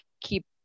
keep